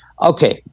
okay